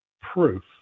proof